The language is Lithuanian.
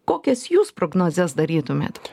kokias jūs prognozes darytumėt